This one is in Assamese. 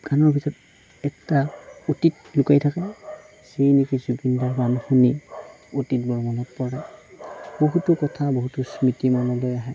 গানৰ ভিতৰত এটা অতীত লুকাই থাকে যি নেকি জুবিনদাৰ গান শুনি অতীতলৈ মনত পৰে বহুতো কথা বহুতো স্মৃতি মনলৈ আহে